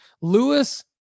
Lewis